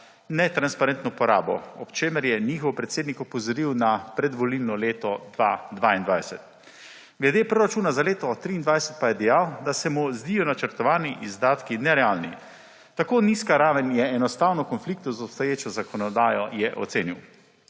netransparentno porabo, ob čemer je njihov predsednik opozoril na predvolilno leto 2022. Glede proračuna za leto 2023 pa je dejal, da se mu zdijo načrtovani izdatki nerealni. Tako nizka raven je enostavno v konfliktu z obstoječo zakonodajo, je ocenil.